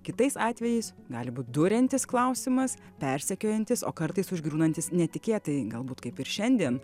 kitais atvejais gali būt duriantis klausimas persekiojantis o kartais užgriūnantis netikėtai galbūt kaip ir šiandien